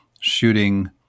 shooting